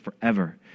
forever